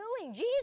Jesus